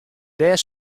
dêr